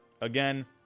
again